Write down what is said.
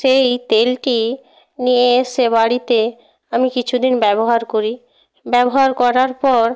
সেই তেলটি নিয়ে এসে বাড়িতে আমি কিছু দিন ব্যবহার করি ব্যবহার করার পর